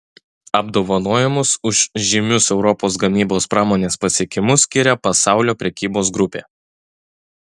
apdovanojimus už žymius europos gamybos pramonės pasiekimus skiria pasaulio prekybos grupė